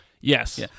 Yes